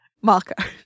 marco